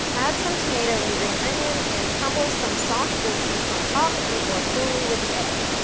add some tomato and green onion, and crumble some soft goat cheese on top, before filling with the egg.